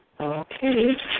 Okay